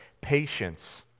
patience